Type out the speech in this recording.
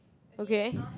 okay